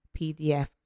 pdf